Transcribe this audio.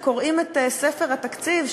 כשקוראים את ספר התקציב,